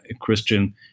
Christian